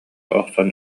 охсон